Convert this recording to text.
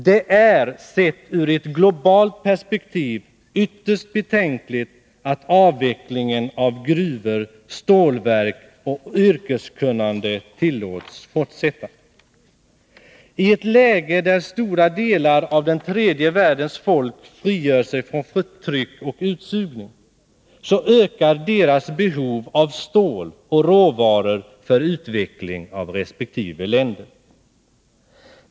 Det är — sett ur ett globalt perspektiv — ytterst betänkligt att avvecklingen av gruvor, stålverk och yrkeskunnande tillåts fortsätta. I ett läge då stora delar av den tredje världens folk frigör sig från förtryck och utsugning ökar deras behov av stål och råvaror för utveckling av resp. länder.